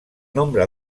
nombre